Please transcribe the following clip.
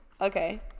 Okay